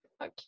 okay